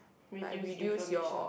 reduce inflammation